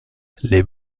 les